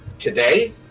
today